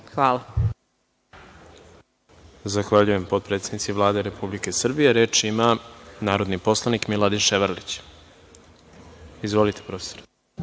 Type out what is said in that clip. Hvala.